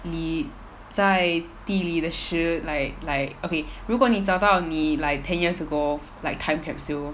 你在地里的十 like like okay 如果你找到你 like ten years ago like time capsule